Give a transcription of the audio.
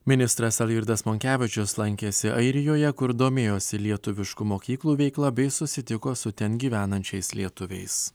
ministras algirdas monkevičius lankėsi airijoje kur domėjosi lietuviškų mokyklų veikla bei susitiko su ten gyvenančiais lietuviais